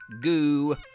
goo